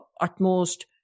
utmost